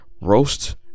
Roast